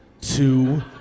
two